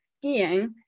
Skiing